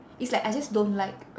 it's like I just don't like